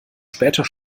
später